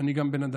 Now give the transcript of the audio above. אני גם בן אדם.